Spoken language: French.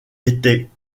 était